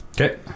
Okay